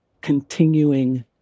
continuing